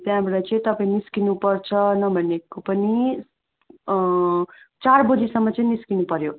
त्यहाँबाट चाहिँ तपाईँ निस्किनु पर्छ नभनेको पनि चार बजीसम्म चाहिँ निस्किनु पऱ्यो